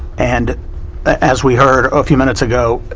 and as we heard a few minutes ago,